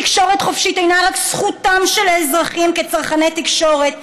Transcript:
תקשורת חופשית אינה רק זכותם של האזרחים כצרכני תקשורת,